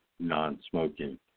non-smoking